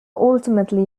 ultimately